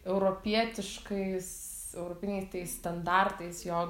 europietiškais europiniais standartais jog